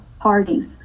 parties